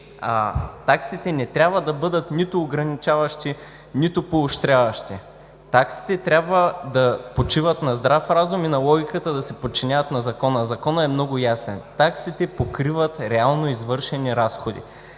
таксите не трябва да бъдат нито ограничаващи, нито поощряващи. Таксите трябва да почиват на здрав разум и на логиката да се подчинят на Закона, а Законът е много ясен: таксите покриват реално извършени разходи.